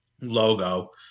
logo